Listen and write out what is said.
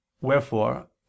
Wherefore